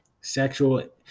sexual